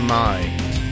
mind